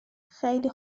خیلی